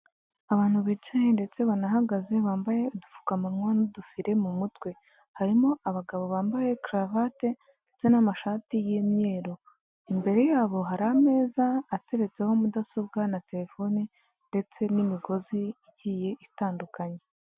Abantu bicaye ndetse banahagaze bambaye udupfukamannwa n'udufire mu mutwe, harimo abagabo bambaye karavate ndetse n'amashati y'imyeru, imbere yabo hari ameza ateretseho mudasobwa na telefone ndetse n'imigozi igiye itandukanye.